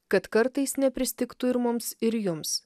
kad kartais nepristigtų ir mums ir jums